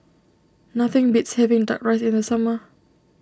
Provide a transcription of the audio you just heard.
nothing beats having Duck Rice in the summer